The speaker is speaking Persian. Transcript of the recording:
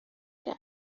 کرد